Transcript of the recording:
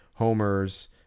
homers